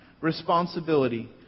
responsibility